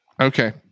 okay